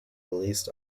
released